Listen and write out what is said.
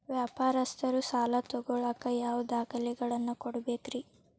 ವ್ಯಾಪಾರಸ್ಥರು ಸಾಲ ತಗೋಳಾಕ್ ಯಾವ ದಾಖಲೆಗಳನ್ನ ಕೊಡಬೇಕ್ರಿ?